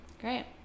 Great